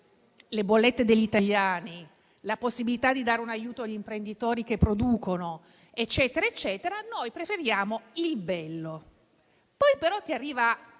le bollette degli italiani, la possibilità di dare un aiuto agli imprenditori che producono, eccetera eccetera, noi preferiamo il bello. Poi però arriva